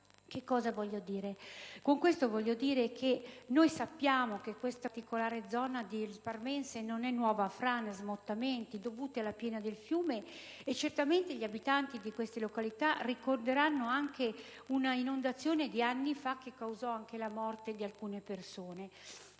milioni di euro. Con questo voglio dire che siamo consapevoli che questa particolare zona del parmense non è nuova a frane e smottamenti dovuti alla piena del fiume; di certo gli abitanti di queste località ricorderanno anche l'inondazione che anni fa ha causato anche la morte di alcune persone.